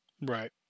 Right